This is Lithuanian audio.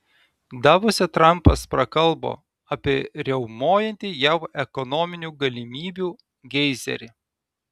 davose trampas prakalbo apie riaumojantį jav ekonominių galimybių geizerį